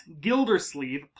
Gildersleeve